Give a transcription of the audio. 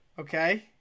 Okay